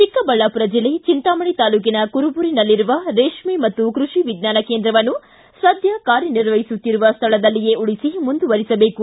ಚಿಕ್ಕಬಳ್ಳಾಪುರ ಜಿಲ್ಲೆ ಚಿಂತಾಮಣಿ ತಾಲೂಕಿನ ಕುರುಬೂರಿನಲ್ಲಿರುವ ರೇಷ್ಮೆ ಮತ್ತು ಕೃಷಿ ವಿಜ್ಞಾನ ಕೇಂದ್ರವನ್ನು ಸದ್ಯ ಕಾರ್ಯ ನಿರ್ವಹಿಸುತ್ತಿರುವ ಸ್ಥಳದಲ್ಲಿಯೇ ಉಳಿಸಿ ಮುಂದುವರಿಸಬೇಕು